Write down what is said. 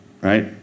right